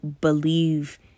believe